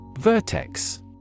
Vertex